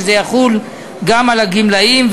וזה יחול גם על הגמלאים.